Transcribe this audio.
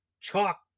chalk